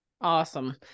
Awesome